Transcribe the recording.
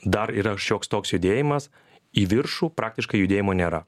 dar yra šioks toks judėjimas į viršų praktiškai judėjimo nėra